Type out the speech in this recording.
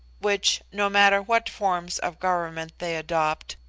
which, no matter what forms of government they adopt,